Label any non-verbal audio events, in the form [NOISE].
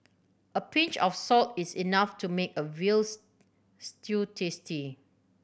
a pinch of salt is enough to make a [UNINTELLIGIBLE] stew tasty